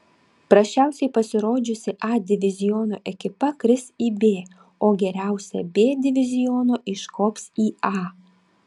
prasčiausiai pasirodžiusi a diviziono ekipa kris į b o geriausia b diviziono iškops į a